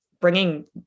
bringing